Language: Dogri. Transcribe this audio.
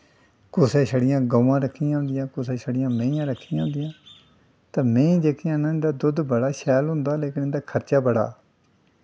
कुसै छड़ियां गवां रक्खी दियां होंदियां कुसै शड़ियां मैहीं रक्खी दियां होंदियां ते मैहीं जेह्कियां न उं'दा दुद्ध बड़ा शैल ऐ लेकिन इं'दा खर्चा बड़ा